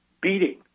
beating